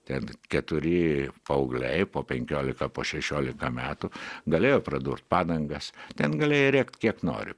ten keturi paaugliai po penkiolika po šešiolika metų galėjo pradurt padangas ten galėjai rėkt kiek nori